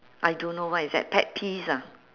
I don't know what is that pet peeves ah